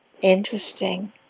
Interesting